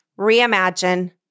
reimagine